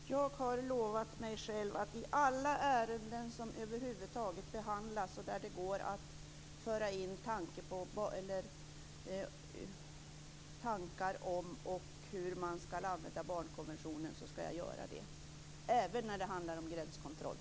Herr talman! Jag har lovat mig själv att i alla ärenden som över huvud taget behandlas om möjligt föra in tankar om tillämpningen av barnkonventionen - även när ärendet gäller gränskontroll.